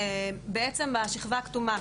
בעצם השכבה הכתומה,